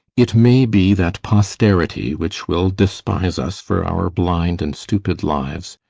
it may be that posterity, which will despise us for our blind and stupid lives,